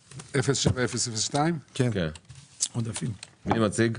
07-002. מי מציג?